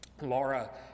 Laura